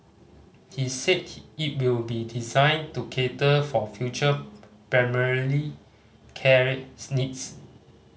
he said he it will be designed to cater for future primarily care needs